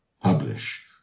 publish